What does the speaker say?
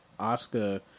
Oscar